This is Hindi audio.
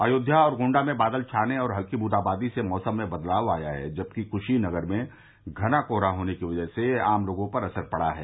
अयोध्या और गोण्डा में बादल छाने और हल्की बूंदाबांदी से मौसम में बदलाव आया है जबकि कूशीनगर में घना कोहरा होने की वजह से आम लोगों पर असर पड़ा है